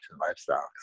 lifestyle